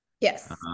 Yes